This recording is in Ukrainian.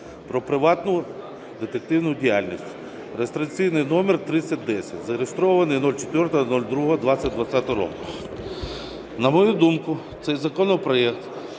про приватну детективну діяльність (реєстраційний номер 3010, зареєстрований 04.02.2020 року). На мою думку, цей законопроект